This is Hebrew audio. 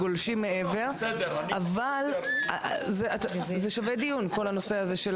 אבל זה שווה דיון כל הנושא הזה של